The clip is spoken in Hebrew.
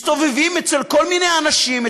מסתובבים אצל כל מיני אנשים,